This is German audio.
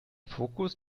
fokus